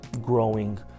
growing